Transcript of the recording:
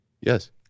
Yes